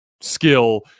skill